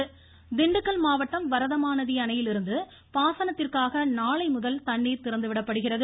வரதமாநதி திண்டுக்கல் மாவட்டம் வரதமாநதி அணையிலிருந்து பாசனத்திற்காக நாளைமுதல் தண்ணீர் திறந்து விடப்படுகிறது